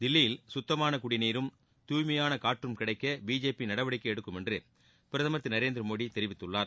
தில்லியில் சுத்தமான குடிநீரும் துய்மையான காற்றும் கிடைக்க பிஜேபி நடவடிக்கை எடுக்கும் என்று பிரதமர் திரு நரேந்திரமோடி தெரிவித்துள்ளார்